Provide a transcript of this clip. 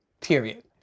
period